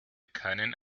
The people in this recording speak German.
keinen